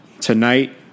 Tonight